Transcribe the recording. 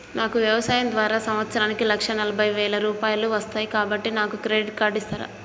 నాకు వ్యవసాయం ద్వారా సంవత్సరానికి లక్ష నలభై వేల రూపాయలు వస్తయ్, కాబట్టి నాకు క్రెడిట్ కార్డ్ ఇస్తరా?